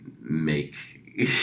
make